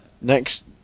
Next